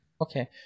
Okay